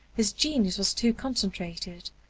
his genius was too concentrated,